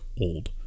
old